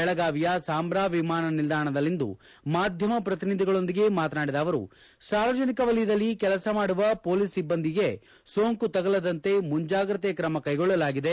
ಬೆಳಗಾವಿಯ ಸಾಂಭ್ರಾ ವಿಮಾನ ನಿಲ್ದಾಣದಲ್ಲಿಂದು ಮಾಧ್ಯಮ ಪ್ರತಿನಿಧಿಗಳೊಂದಿಗೆ ಮಾತನಾಡಿದ ಅವರು ಸಾರ್ವಜನಿಕ ವಲಯದಲ್ಲಿ ಕೆಲಸ ಮಾಡುವ ಪೊಲೀಸ್ ಸಿಬ್ಬಂದಿಗೆ ಸೋಂಕು ತಗಲದಂತೆ ಮುಂಜಾಗೃತ್ತೆ ಕ್ರಮ ತೆಗೆದುಕೊಳ್ಳಲಾಗಿದೆ